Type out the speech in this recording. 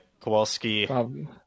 Kowalski